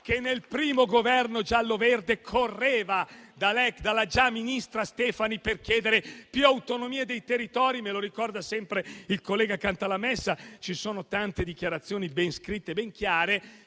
che nel primo Governo giallo-verde correva dalla già ministra Stefani per chiedere più autonomia dei territori. Me lo ricorda sempre il collega Cantalamessa: ci sono tante dichiarazioni ben scritte e ben chiare,